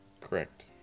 correct